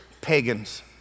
Pagans